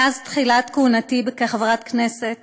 מאז תחילת כהונתי כחברת כנסת,